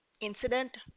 incident